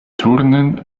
turnen